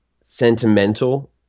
sentimental